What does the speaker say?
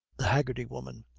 the haggerty woman.